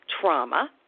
trauma